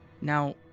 Now